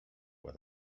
what